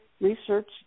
research